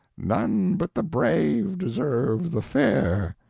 none but the brave deserve the fair,